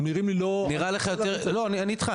אני איתך,